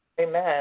Amen